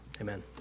Amen